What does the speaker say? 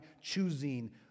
choosing